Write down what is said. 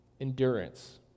endurance